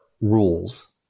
rules